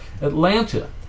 Atlanta